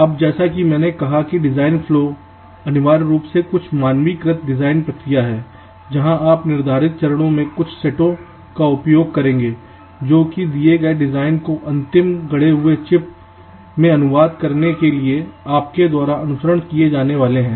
अब जैसा कि मैंने कहा कि डिज़ाइन फ्लो अनिवार्य रूप से कुछ मानकीकृत डिज़ाइन प्रक्रिया है जहाँ आप निर्धारित चरणों के कुछ सेटों का उपयोग करेंगे जो कि दिए गए डिज़ाइन को अंतिम गढ़े हुए चिप में अनुवाद करने के लिए आपके द्वारा अनुसरण किए जाने वाले हैं